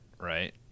right